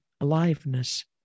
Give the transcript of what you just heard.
aliveness